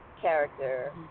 character